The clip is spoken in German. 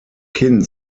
kind